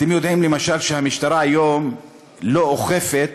אתם יודעים, למשל, שהמשטרה היום לא אוכפת